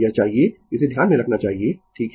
यह चाहिये इसे ध्यान में रखना चाहिये ठीक है